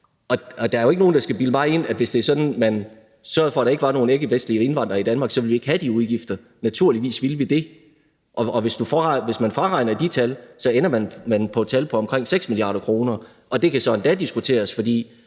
og der er jo ikke nogen, der skal bilde mig ind, at vi, hvis det var sådan, at man sørgede for, at der ikke var nogen ikkevestlige indvandrere i Danmark, så ikke ville have de udgifter. Naturligvis ville vi det, og hvis man fraregner de tal, ender man på et tal på omkring 6 mia. kr., og det kan så endda diskuteres. For